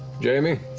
jamie.